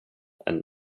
and